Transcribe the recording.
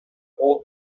all